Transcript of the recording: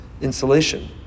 insulation